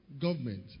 Government